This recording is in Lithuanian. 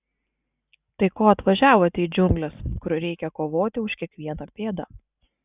tai ko atvažiavote į džiungles kur reikia kovoti už kiekvieną pėdą